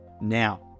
now